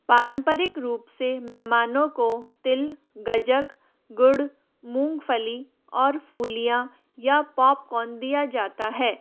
पारम्परिक रूप से मेहमानों को तिल गज्जक गुड़ मूंगफली और फूलिया या पॉपकॉर्न दिया जाता है